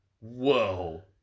whoa